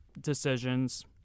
decisions